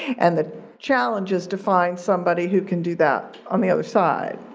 and the challenge is to find somebody who can do that on the other side.